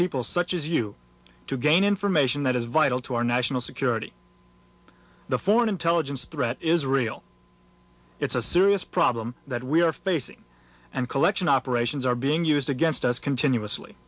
people such as you to gain information that is vital to our national security the foreign intelligence threat is real it's a serious problem that we are facing and collection operations are being used against us continuously